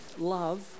Love